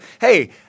hey